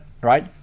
right